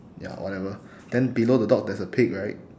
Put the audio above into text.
ya whatever then below the dog there's a pig right